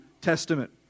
testament